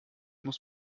muss